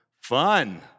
Fun